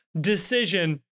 decision